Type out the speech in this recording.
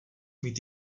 mít